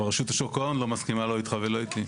אבל רשות שוק ההון לא מסכימה לא איתך ולא איתי.